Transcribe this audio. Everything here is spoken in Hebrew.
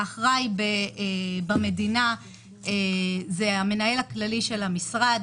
האחראי במדינה הוא המנהל הכללי של המשרד,